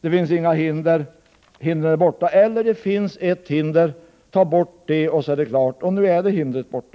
Det finns inga hinder. Eller också sade man: Det finns ett hinder. Ta bort det och sedan är den saken ur världen. Nu är det hinder som fanns